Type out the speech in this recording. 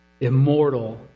immortal